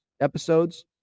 episodes